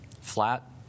flat